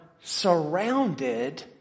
surrounded